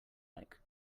like